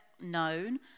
known